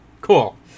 Cool